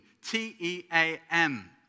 T-E-A-M